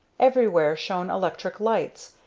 everywhere shone electric lights,